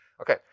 Okay